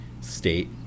state